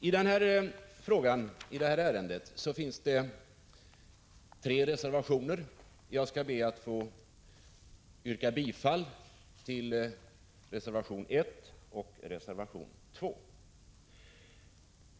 I detta ärende finns det tre reservationer. Jag skall be att få yrka bifall till reservationerna 1 och 2.